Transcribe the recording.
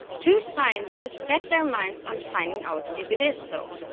two scientists set their minds on finding out if it is so.